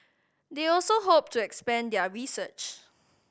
they also hope to expand their research